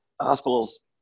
hospitals